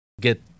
get